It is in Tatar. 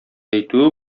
әйтүе